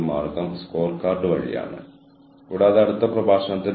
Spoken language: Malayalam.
മാനദണ്ഡവും കാര്യക്ഷമതയും എപ്പോഴും പരസ്പരം ടെൻഷനിലാണ്